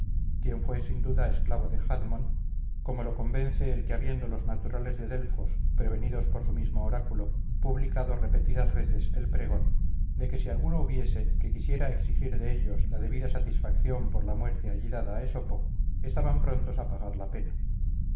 quien fue sin duda esclavo de jadmon como lo convence el que habiendo los naturales de delfos prevenidos por su mismo oráculo publicado repetidas veces el pregón de que si alguno hubiese que quisiera exigir de ellos la debida satisfacción por la muerte allí dada a esopo estaban prontos a pagar la pena